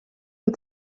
nur